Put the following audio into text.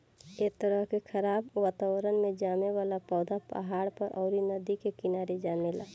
ए तरह के खराब वातावरण में जामे वाला पौधा पहाड़ पर, अउरी नदी के किनारे जामेला